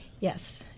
Yes